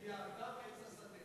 כי האדם עץ השדה.